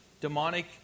Demonic